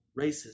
racism